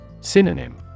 Synonym